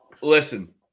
Listen